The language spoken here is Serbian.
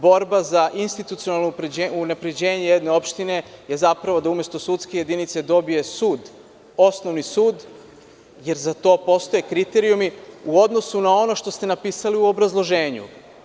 Borba za institucionalno unapređenje jedne opštine je zapravo da umesto sudske jedinice dobije sud, osnovni sud, jer za to postoje kriterijumi u odnosu na ono što ste napisali u obrazloženju.